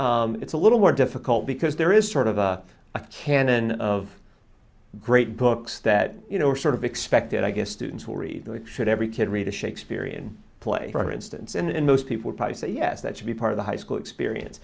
level it's a little more difficult because there is sort of a canon of great books that you know are sort of expected i guess students will read should every kid read a shakespearean play for instance and most people probably say yes that should be part of the high school experience